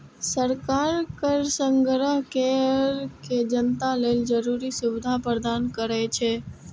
सरकार कर संग्रह कैर के जनता लेल जरूरी सुविधा प्रदान करै छै